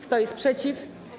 Kto jest przeciw?